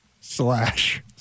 slash